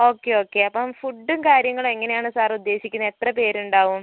okay okay അപ്പം ഫുഡ്ഡും കാര്യങ്ങളും എങ്ങനെയാണ് സാറ് ഉദ്ദേശിക്കുന്നത് എത്ര പേര് ഉണ്ടാവും